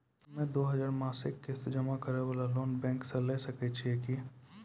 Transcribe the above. हम्मय दो हजार मासिक किस्त जमा करे वाला लोन बैंक से लिये सकय छियै की?